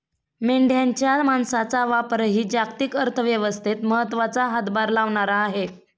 मेंढ्यांच्या मांसाचा व्यापारही जागतिक अर्थव्यवस्थेत महत्त्वाचा हातभार लावणारा आहे